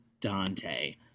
Dante